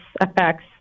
affects